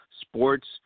sports